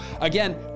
Again